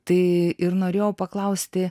tai ir norėjau paklausti